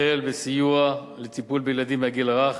החל בסיוע לטיפול בילדים מהגיל הרך,